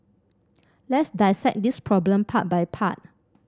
let's dissect this problem part by part